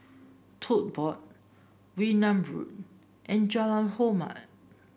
Tote Board Wee Nam Road and Jalan Hormat